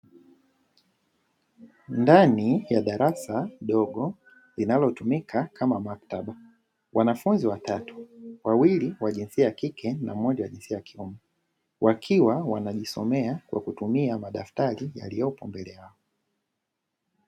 Ndani ya darasa dogo, linalotumika kama maktaba. Wanafunzi watatu, wawili wa jinsia ya kike na mmoja wa jinsia ya kiume. Wakiwa wanajisomea, kwa kutumia madaftari yaliyopo mbele yao.